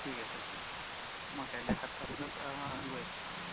ঠিক আছে ঠিক আছে মই কাইলৈ সাতটা বজাত গৈ আছোঁ